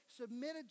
submitted